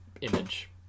image